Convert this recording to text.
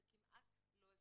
זה כמעט לא אפשרי.